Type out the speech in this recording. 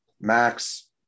Max